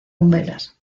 umbelas